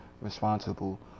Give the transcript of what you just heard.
responsible